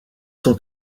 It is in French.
son